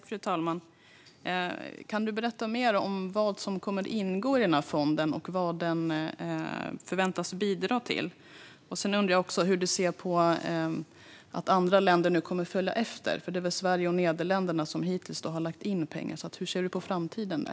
Fru talman! Kan du berätta mer om vad som kommer att ingå i fonden, Peter Eriksson, och vad den förväntas bidra till? Jag undrar också hur du ser på att andra länder nu kommer att följa efter? Hittills är det väl Sverige och Nederländerna som har lagt in pengar. Hur ser du på framtiden där?